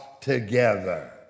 together